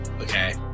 okay